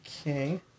okay